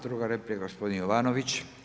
Druga replika gospodin Jovanović.